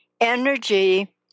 energy